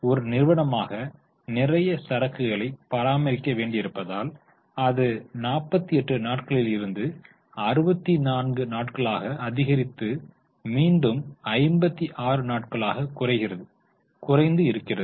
ஒரு நிறுவனமாக நிறைய சரக்குகளை பராமரிக்க வேண்டி இருப்பதால் அது 48 நாட்களில் இருந்து 64 நாட்களாக அதிகரித்து மீண்டும் 56 நாட்களாக குறைகிறது குறைந்து இருக்கிறது